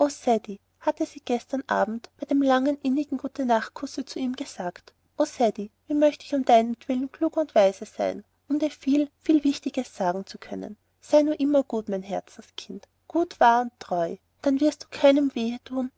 hatte sie gestern abend bei dem langen innigen gutenachtkusse zu ihm gesagt o ceddie wie möcht ich um deinetwillen klug und weise sein um dir viel viel wichtiges sagen zu können sei nur immer gut mein herzenskind gut und wahr und treu dann wirst du keinem wehe